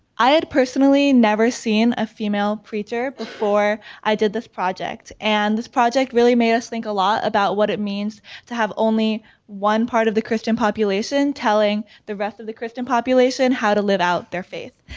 i had personally never seen a female preacher before i did this project, and this project really made us think a lot about what it means to have only one part of the christian population telling the rest of the christian population how to live out their faith.